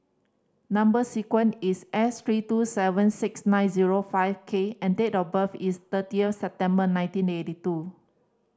number sequence is S three two seven six nine zero five K and date of birth is thirtieth September nineteen eighty two